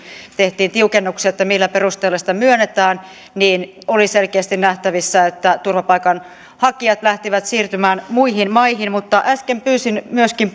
tehtiin tiukennuksia että millä perusteella sitä myönnetään niin oli selkeästi nähtävissä että turvapaikanhakijat lähtivät siirtymään muihin maihin äsken pyysin myöskin